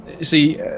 See